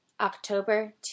october